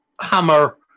hammer